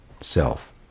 self